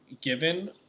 given